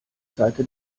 seite